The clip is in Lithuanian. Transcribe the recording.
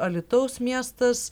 alytaus miestas